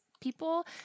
people